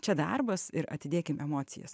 čia darbas ir atidėkim emocijas